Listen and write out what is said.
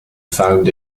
found